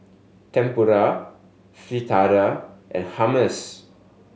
Tempura Fritada and Hummus